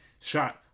shot